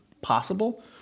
possible